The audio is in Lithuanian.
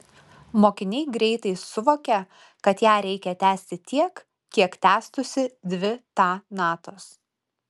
mokiniai greitai suvokia kad ją reikia tęsti tiek kiek tęstųsi dvi ta natos